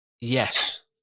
yes